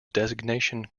designation